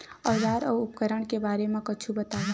औजार अउ उपकरण के बारे मा कुछु बतावव?